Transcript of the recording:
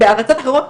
בארצות אחרות,